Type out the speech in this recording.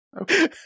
Okay